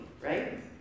right